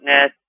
.NET